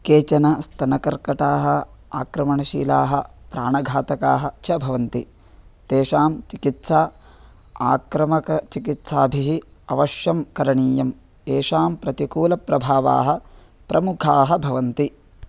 केचन स्तनकर्कटाः आक्रमणशीलाः प्राणघातकाः च भवन्ति तेषां चिकित्सा आक्रमकचिकित्साभिः अवश्यं करणीयम् एषां प्रतिकूलप्रभावाः प्रमुखाः भवन्ति